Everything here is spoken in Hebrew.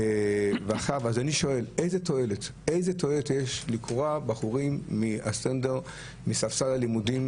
אז אני שואל: איזה תועלת יש לקרוע בחורים מספסל הלימודים?